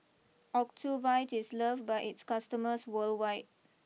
Ocuvite is loved by its customers worldwide